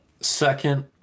second